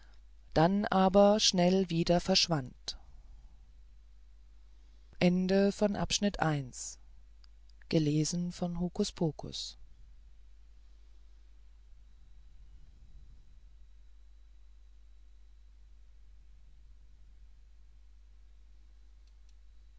dann aber schnell wieder verschwand